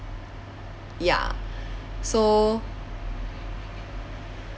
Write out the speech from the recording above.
ya so